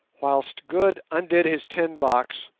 whilst good undid his tin box,